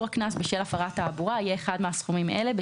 הקנס בשל הפרת תעבורה יהיה אחד מהסכומים אלה,